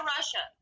Russia